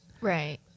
Right